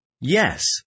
Yes